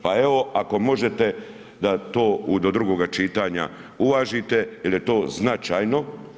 Pa evo ako možete da to do drugoga čitanja uvažite, jer je to značajno.